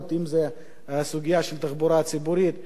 אם זה הסוגיה של התחבורה הציבורית,